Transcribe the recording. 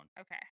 okay